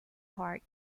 park